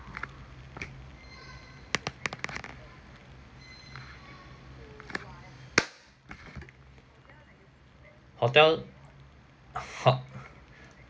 hotel hot~